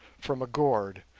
from a gourd,